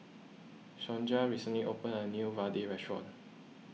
Sonja recently opened a new Vadai restaurant